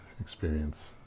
experience